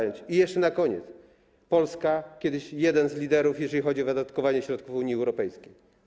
I jeszcze na koniec: Polska - kiedyś jeden z liderów, jeżeli chodzi o wydatkowanie środków Unii Europejskiej.